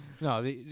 No